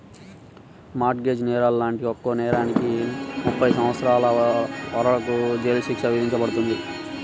mart gauge నేరాలు లాంటి ఒక్కో నేరానికి ముప్పై సంవత్సరాల వరకు జైలు శిక్ష విధించబడుతుంది